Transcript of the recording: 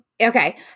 Okay